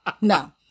no